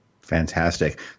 fantastic